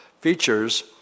features